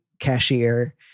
Cashier